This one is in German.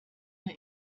mir